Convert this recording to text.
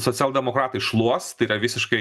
socialdemokratai šluos tai yra visiškai